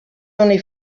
only